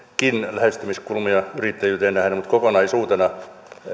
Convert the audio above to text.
lähestymiskulmia yrittäjyyteen nähden mutta kokonaisuutenahan